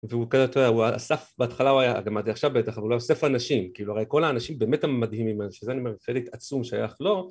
והוא כזה, אתה יודע, הוא אסף, בהתחלה הוא היה, גם עד עכשיו בטח, אבל הוא היה אוסף אנשים, כאילו הרי כל האנשים באמת המדהימים האלה, שזה אני אומר, חלק עצום שייך לו.